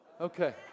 okay